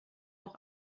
noch